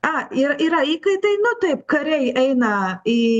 a ir yra įkaitai nu taip kariai eina į